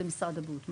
זה משרד הבריאות מצא.